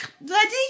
ready